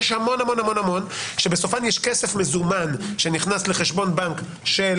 ויש הרבה כאלה ובסופן יש כסף מזומן שנכנס לחשבון בנק של